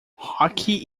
hockey